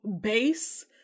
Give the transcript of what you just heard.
base